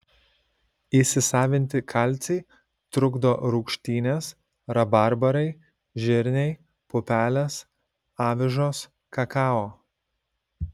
įsisavinti kalcį trukdo rūgštynės rabarbarai žirniai pupelės avižos kakao